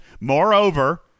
Moreover